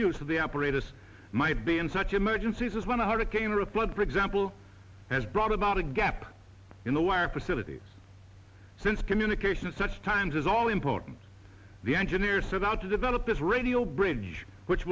of the operators might be in such emergencies as when a hurricane or a flood resemble has brought about a gap in the wire facilities since communications such times is all important the engineer set out to develop this radio bridge which